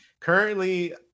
Currently